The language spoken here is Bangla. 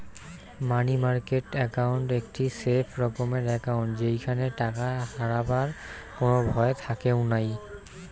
মানি মার্কেট একাউন্ট একটি সেফ রকমের একাউন্ট যেইখানে টাকা হারাবার কোনো ভয় থাকেঙ নাই